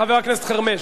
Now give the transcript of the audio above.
חבר הכנסת חרמש.